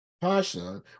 passion